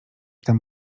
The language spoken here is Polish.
tam